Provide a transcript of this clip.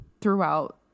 Throughout